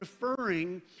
referring